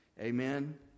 Amen